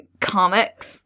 comics